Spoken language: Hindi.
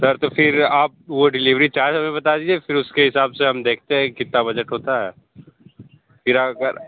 सर तो फिर आप वो डेलीवरी चार्ज हमें बता दीजिए फिर उसके हिसाब से हम देखते हैं कि कितना बजट बजट होता है फिर अगर